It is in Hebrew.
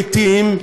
לעתים,